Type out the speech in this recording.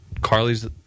Carly's